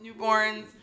newborns